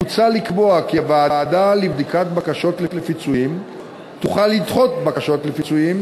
מוצע לקבוע כי הוועדה לבדיקת בקשות לפיצויים תוכל לדחות בקשות לפיצויים,